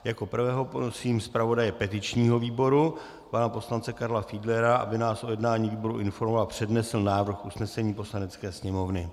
Jako prvého prosím zpravodaje petičního výboru pana poslance Karla Fiedlera, aby nás o jednání výboru informoval a přednesl návrh usnesení Poslanecké sněmovny.